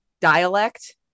dialect